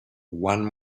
one